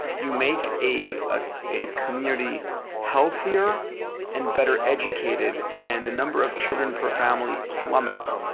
you make a ah a community healthier and better educated and the number of children per family plummets.